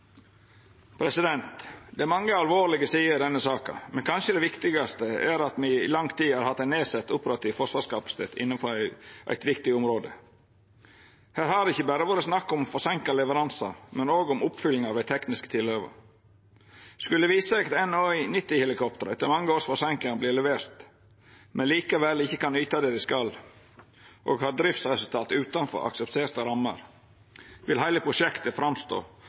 Det er mange alvorlege sider med denne saka, men det kanskje viktigaste er at me i lang tid har hatt nedsett operativ forsvarskapasitet innanfor eit viktig område. Her har det ikkje berre vore snakk om forseinka leveransar, men òg om oppfylling av dei tekniske tilhøva. Skulle det visa seg at NH90-helikoptera etter mange års forseinkingar blir leverte, men likevel ikkje kan yta det dei skal, og har driftsresultat utanfor aksepterte rammer, vil heile prosjektet